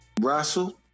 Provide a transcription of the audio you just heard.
Russell